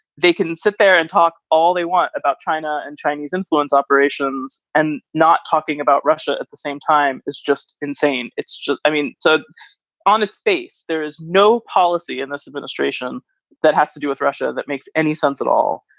they can sit there and talk all they want about china and chinese influence operations and not talking about russia at the same time. it's just insane. it's just i mean, so on its face, there is no policy in this administration that has to do with russia that makes any sense at all.